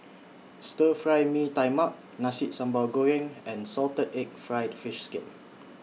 Stir Fry Mee Tai Mak Nasi Sambal Goreng and Salted Egg Fried Fish Skin